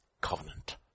covenant